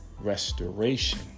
restoration